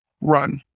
run